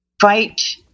fight